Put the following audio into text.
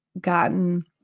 gotten